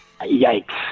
Yikes